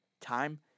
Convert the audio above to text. time